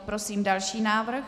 Prosím další návrh.